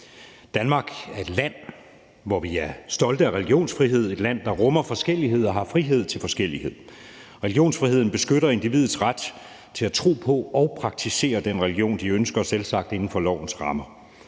Danmark er et land, hvor vi er stolte af religionsfrihed, et land, der rummer forskelligheder og har frihed til forskellighed. Religionsfriheden beskytter individets ret til at tro på og praktisere den religion, de ønsker – selvsagt inden for lovens rammer.